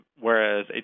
Whereas